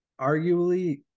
Arguably